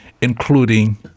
including